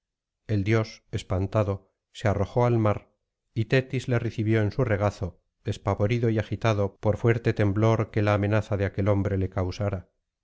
el dios espantado se arrojó al mar y tetis le recibió en su regazo despavorido y agitado por fuerte temblor que la amenaza de aquel hombre le causara